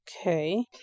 Okay